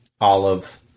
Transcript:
olive